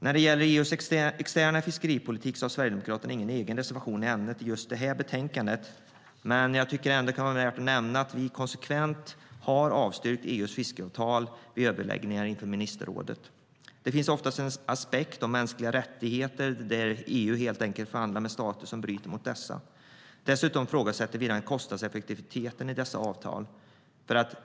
När det gäller EU:s externa fiskeripolitik har Sverigedemokraterna ingen egen reservation i ämnet i just detta betänkande. Men jag tycker att det kan vara värt att nämna att vi konsekvent har avstyrkt EU:s fiskeavtal vid överläggningar inför ministerrådet. Det finns oftast en aspekt om mänskliga rättigheter, där EU helt enkelt förhandlar med stater som bryter mot dem. Dessutom ifrågasätter vi kostnadseffektiviteten i dessa avtal.